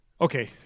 Okay